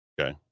Okay